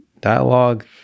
dialogue